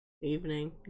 evening